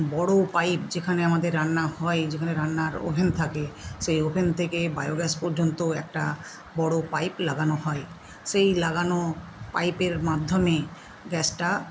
বড় পাইপ যেখানে আমাদের রান্না হয় যেখানে রান্নার ওভেন থাকে সেই ওভেন থেকে বায়োগ্যাস পর্যন্ত একটা বড় পাইপ লাগানো হয় সেই লাগানো পাইপের মাধ্যমে গ্যাসটা